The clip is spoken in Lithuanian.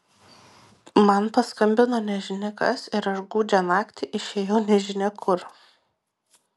man paskambino nežinia kas ir aš gūdžią naktį išėjau nežinia kur